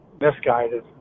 misguided